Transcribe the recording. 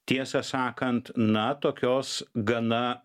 tiesą sakant na tokios gana